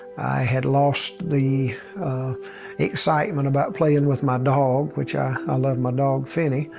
had lost the excitement about playing with my dog, which i i love my dog finny.